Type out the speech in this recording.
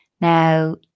Now